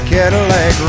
Cadillac